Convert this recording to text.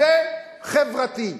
זה חברתי.